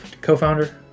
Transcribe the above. co-founder